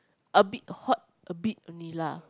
a bit hot a bit only lah